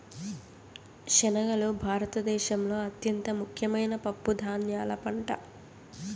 శనగలు భారత దేశంలో అత్యంత ముఖ్యమైన పప్పు ధాన్యాల పంట